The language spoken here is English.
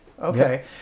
Okay